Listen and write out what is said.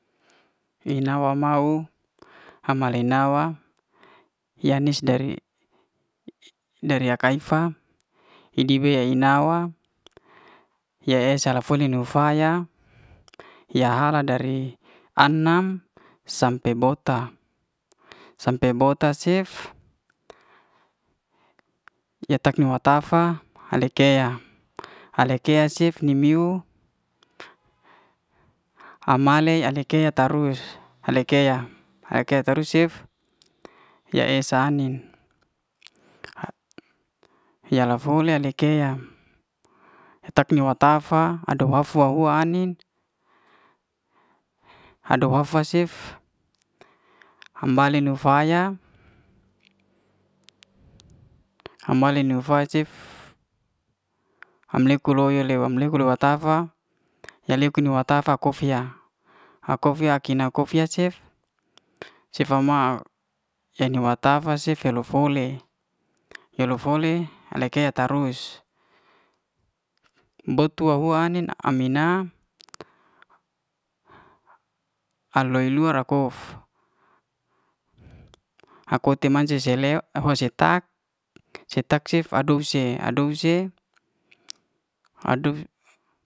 Ina wa mau hama le nawa yanis dari dari akai'fa idi bea inawa ya ya sala foni no faya ya hala dari an'nam sampe bota, sampe bota sief ye tak yo wafa hale kea, hale kea cif limiuw hamale hale kea tarus, hale kea hale kea tarus cef ya esa anin yala fole alekea, he tak nyo watafa aduwaf wa'uan ai'nin ado ha fav cef hambaly nu faya hambaly nu faya sef ham leku loyo leku kem watafa ya lek yu newata fa kofiya, a kofiya kina kofiya cef sefa ma eni wa tafa cef lifole, ye lu fole ale kela tarus. bot'tuahua ai'nin amin a aloy rua rakof ako te mance seleuw ahoa setak setak cef ado se. ado se ado.